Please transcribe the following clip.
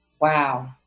Wow